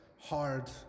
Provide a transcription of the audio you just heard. hard